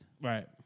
Right